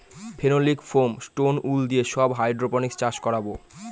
phenolic foam, stone wool দিয়ে সব hydroponics চাষ করাবো